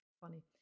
funny